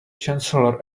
chancellor